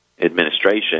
administration